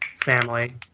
family